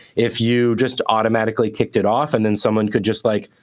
if you just automatically kicked it off and then someone could just, like,